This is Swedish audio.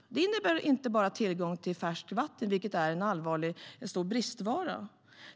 Det innebär inte bara tillgång till färskvatten, som är en stor bristvara.